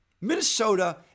Minnesota